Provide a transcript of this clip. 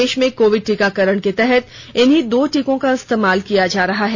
देश में कोविड टीकाकरण के तहत इन्हीं दो टीकों का इस्तेमाल किया जा रहा है